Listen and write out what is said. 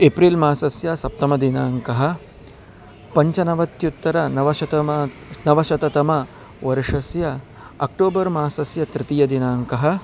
April मासस्य सप्तमदिनाङ्कः पञ्चनवत्युत्तरनवशततम नवशततमवर्षस्य अक्टोबर् मासस्य तृतीयदिनाङ्कः